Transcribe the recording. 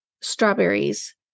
strawberries